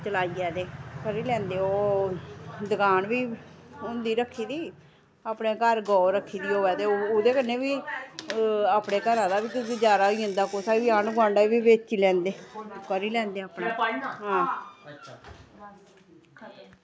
चलाइयै ते करी लैंदे ओह् दकान बी होंदी रक्खी दी अपने घर गौऽ रक्खी दी होऐ ते ओह्बी ते अपने घरा दा बी गुजारा होई जंदा ते गोआंढ़ै गी बेची लैंदे करी लैंदे